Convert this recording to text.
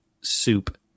soup